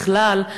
בכלל,